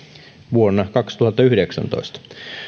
vuonna kaksituhattayhdeksäntoista